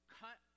cut